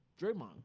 Draymond